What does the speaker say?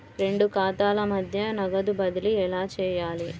రెండు ఖాతాల మధ్య నగదు బదిలీ ఎలా చేయాలి?